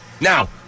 Now